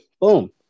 Boom